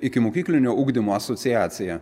ikimokyklinio ugdymo asociacija